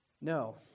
No